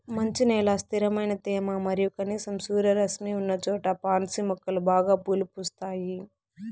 మంచి నేల, స్థిరమైన తేమ మరియు కనీసం సూర్యరశ్మి ఉన్నచోట పాన్సి మొక్కలు బాగా పూలు పూస్తాయి